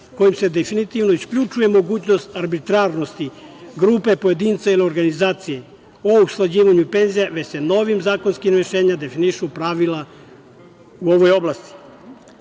kojim se definitivno isključuje mogućnost arbitrarnosti, grupe pojedinca ili organizacije o usklađivanju penzija, već se novim zakonskim rešenjem definišu pravila u ovoj oblasti. Mi